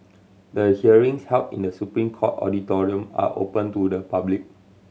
the hearings held in The Supreme Court auditorium are open to the public